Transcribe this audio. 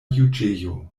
juĝejo